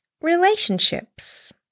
relationships